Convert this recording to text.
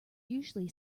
usually